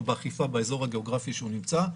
באכיפה באזור הגאוגרפי שהוא נמצא בו,